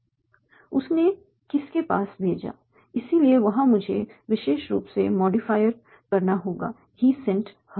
उसने किसके पास भेजा इसलिए वहां मुझे विशेष रूप से मॉडिफाईर करना होगा 'ही सेंट हर'